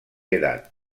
edad